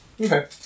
Okay